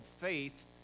Faith